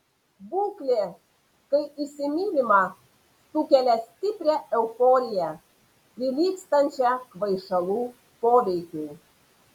būklė kai įsimylima sukelia stiprią euforiją prilygstančią kvaišalų poveikiui